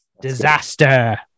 Disaster